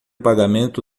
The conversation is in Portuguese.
pagamento